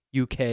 UK